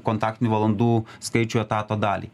kontaktinių valandų skaičių etato dalį